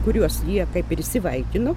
kuriuos jie kaip ir įsivaikino